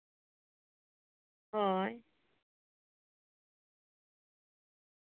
ᱦᱳᱭ